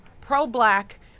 pro-black